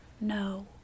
no